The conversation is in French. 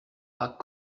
pas